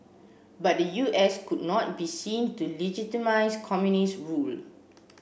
but the U S could not be seen to legitimise communist rule